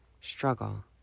struggle